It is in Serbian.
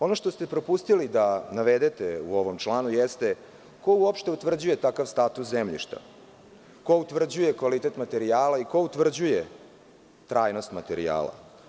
Ono što ste propustili da navedete u ovom članu jeste – ko uopšte utvrđuje takav status zemljišta, ko utvrđuje kvalitet materijala i ko utvrđuje trajnost materijala?